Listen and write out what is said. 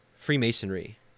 Freemasonry